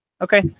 Okay